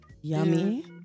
Yummy